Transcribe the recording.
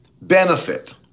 benefit